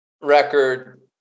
record